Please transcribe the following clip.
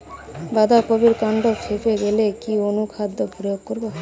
বাঁধা কপির কান্ড ফেঁপে গেলে কি অনুখাদ্য প্রয়োগ করব?